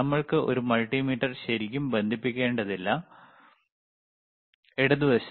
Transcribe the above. നമ്മൾക്ക് ഒരു മൾട്ടിമീറ്റർ ശരിക്കും ബന്ധിപ്പിക്കേണ്ടതില്ല ഇടതുവശത്ത്